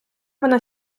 вона